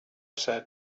said